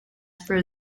for